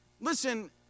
Listen